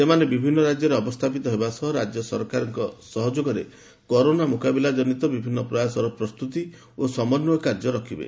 ସେମାନେ ବିଭିନ୍ନ ରାଜ୍ୟରେ ଅବସ୍ଥାପିତ ହେବା ସହ ରାଜ୍ୟ ସରକାରଙ୍କ ସହଯୋଗରେ କରୋନା ମୁକାବିଲା କ୍ଷନିତ ବିଭିନ୍ନ ପ୍ରୟାସର ପ୍ରସ୍ତୁତି ଓ ସମନ୍ଧୟ କାର୍ଯ୍ୟ ଦେଖିବେ